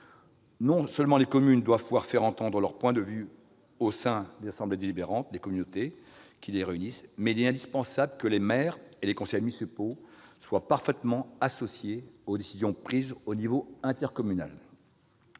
Non seulement les communes doivent pouvoir faire entendre leur point de vue au sein des assemblées délibérantes des communautés qui les réunissent, mais il est indispensable que les maires et les conseils municipaux soient pleinement associés aux décisions prises à l'échelon intercommunal.